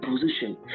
position